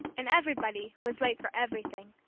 and everybody was late for everything.